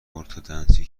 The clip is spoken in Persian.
ارتدنسی